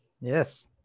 Yes